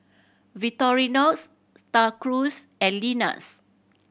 Victorinox Star Cruise and Lenas